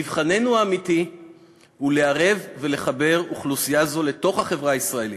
מבחננו האמיתי הוא לערב ולחבר אוכלוסייה זו לתוך החברה הישראלית.